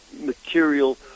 material